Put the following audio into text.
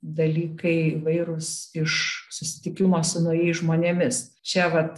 dalykai įvairūs iš susitikimo su naujais žmonėmis čia vat